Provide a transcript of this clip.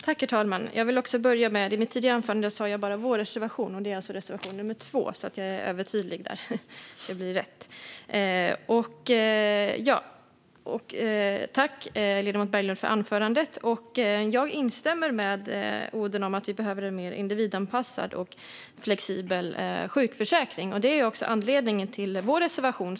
Herr talman! I mitt tidigare anförande sa jag bara vår reservation. Det är reservation nummer 2 det är fråga om, så att jag är övertydlig där och det blir rätt. Tack, ledamot Berglund, för anförandet! Jag instämmer i att vi behöver en mer individanpassad och flexibel sjukförsäkring. Det är också anledningen till vår reservation.